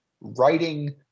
writing